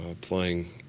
playing